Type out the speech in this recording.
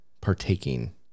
partaking